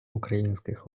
українських